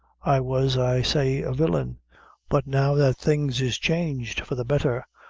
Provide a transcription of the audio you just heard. i was, i say, a villain but now that things is changed for the betther,